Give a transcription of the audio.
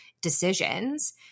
decisions